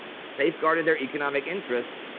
and safeguarded their economic interests.